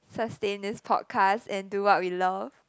sustain this podcast and do what we love